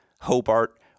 Hobart